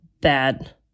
bad